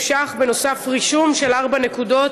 שקלים ובנוסף רישום של ארבע נקודות